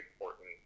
important